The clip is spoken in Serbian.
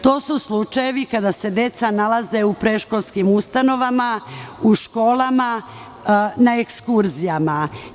To su slučajevi kada se deca nalaze u predškolskim ustanovama, u školama i na ekskurzijama.